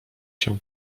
się